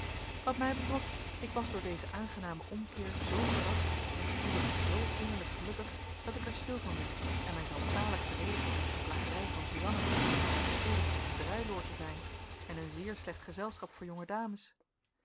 wat mij betrof ik was door dezen aangenamen omkeer zoo verrast en gevoelde mij zoo innerlijk gelukkig dat ik er stil van werd en mij zelfs kwalijk verdedigde tegen de plagerijen van suzanna die mij beschuldigde een druiloor te zijn en een zeer slecht gezelschap voor jonge dames